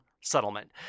settlement